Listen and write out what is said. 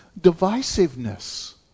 divisiveness